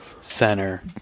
center